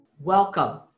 Welcome